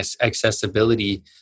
accessibility